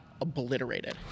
obliterated